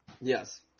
Yes